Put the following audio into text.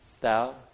thou